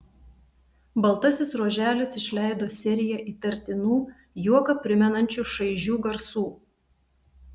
baltasis ruoželis išleido seriją įtartinų juoką primenančių šaižių garsų